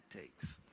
takes